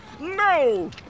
No